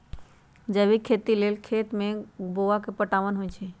जैविक खेती लेल खेत में गोआ के पटाओंन होई छै